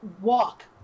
walk